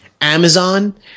Amazon